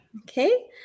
Okay